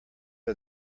are